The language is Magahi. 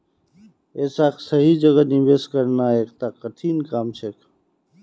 ऐसाक सही जगह निवेश करना एकता कठिन काम छेक